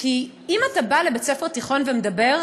אם אתה בא לבית-ספר תיכון ומדבר,